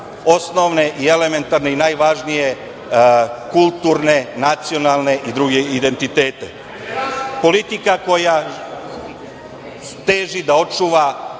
osnovne, elementarne i najvažnije kulturne, nacionalne i druge identitete, politika koja teži da očuva